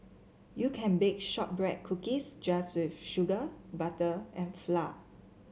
you can bake shortbread cookies just with sugar butter and flour